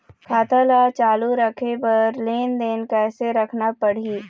खाता ला चालू रखे बर लेनदेन कैसे रखना पड़ही?